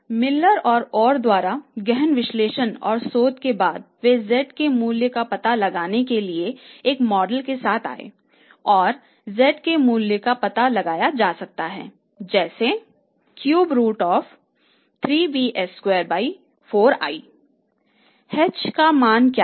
Miller और Orr द्वारा गहन विश्लेषण और शोध के बाद वे z के मूल्य का पता लगाने के लिए एक मॉडल के साथ आए हैं और z के मूल्य का पता लगाया जा सकता है जैसे h का मान क्या है